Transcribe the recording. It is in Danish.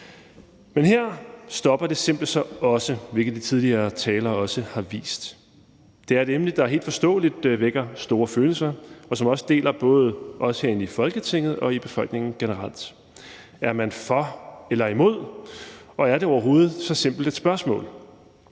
Men her stopper det simple så også, hvilket de tidligere taler også har vist. Det er et emne, der helt forståeligt vækker store følelser, og som også deler både os herinde i Folketinget og befolkningen generelt. Er man for eller imod, og er det overhovedet så simpelt et spørgsmål?